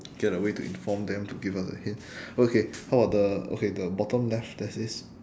get a way to inform them to give us a hint okay how about the okay the bottom left there's this